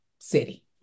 city